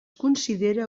considera